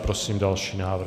Prosím další návrh.